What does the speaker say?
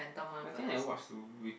I think I watch Wick~